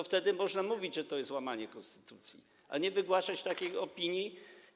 Wtedy można mówić, że to jest łamanie konstytucji, a nie można wygłaszać takiej opinii.